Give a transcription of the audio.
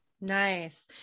Nice